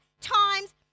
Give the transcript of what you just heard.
times